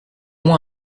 moi